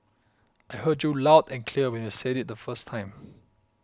I heard you loud and clear when you said it the first time